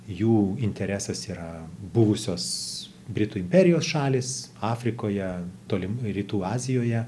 jų interesas yra buvusios britų imperijos šalys afrikoje tolimųjų rytų azijoje